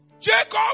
Jacob